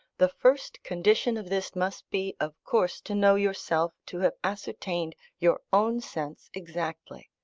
the first condition of this must be, of course, to know yourself, to have ascertained your own sense exactly.